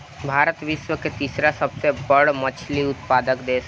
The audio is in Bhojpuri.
भारत विश्व के तीसरा सबसे बड़ मछली उत्पादक देश ह